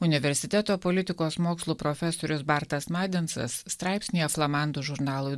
universiteto politikos mokslų profesorius bartas madinsas straipsnyje flamandų žurnalui